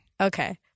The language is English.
Okay